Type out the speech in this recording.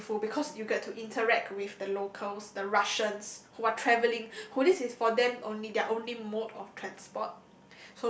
meaningful because you get to interact with the locals the Russians who are travelling who this is for them only their only mode of transport